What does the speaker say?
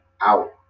out